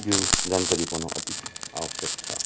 यो जानकारी पाउनु अति आवयश्क छ